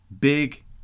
big